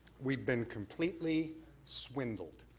we've been completely swindled.